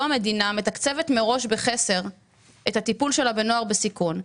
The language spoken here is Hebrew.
היום המדינה מתקצבת מראש בחסר את הטיפול שלה בנוער בסיכון,